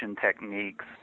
techniques